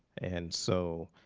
and so,